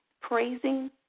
praising